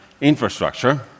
infrastructure